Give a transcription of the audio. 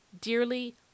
dearly